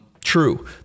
True